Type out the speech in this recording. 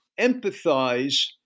empathize